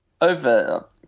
over